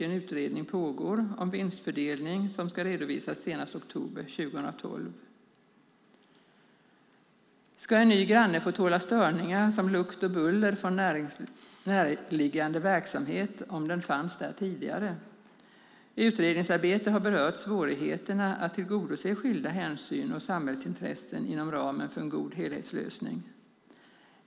En utredning om vinstfördelning pågår, och den ska redovisas senast oktober 2012. Ska en ny granne tåla störningar som lukt och buller från närliggande verksamhet om den fanns där tidigare? Utredningsarbetet har berört svårigheterna med att tillgodose skilda hänsyn och samhällsintressen inom ramen för en god helhetslösning.